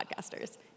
podcasters